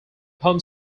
palm